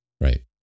Right